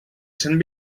cent